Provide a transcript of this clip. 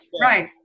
right